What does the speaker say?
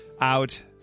out